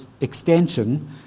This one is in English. extension